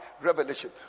revelation